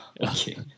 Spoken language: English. Okay